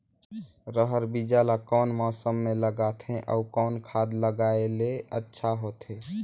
रहर बीजा ला कौन मौसम मे लगाथे अउ कौन खाद लगायेले अच्छा होथे?